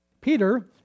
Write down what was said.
Peter